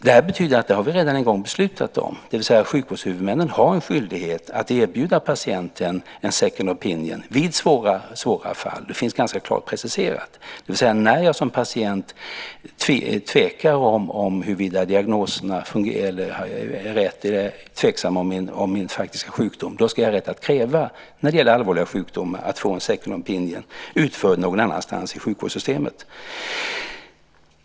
Det här betyder att vi redan en gång beslutat om det, det vill säga att sjukvårdshuvudmännen har en skyldighet att erbjuda patienten en second opinion vid svåra fall. Det finns ganska klart preciserat. När jag som patient tvekar om huruvida diagnosen är rätt och är tveksam om min faktiska sjukdom ska jag ha rätt, när de gäller allvarliga sjukdomar, att kräva en second opinion utförd någon annanstans i sjukvårdssystemet.